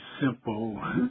simple